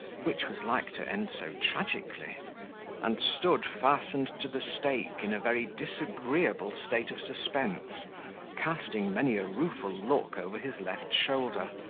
which was like to end so tragically and stood fastened to the stake, in a very disagreeable state of suspense casting many a rueful look over his left shoulder,